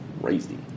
Crazy